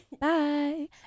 bye